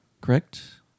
correct